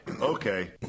Okay